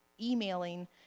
emailing